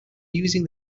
using